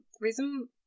reason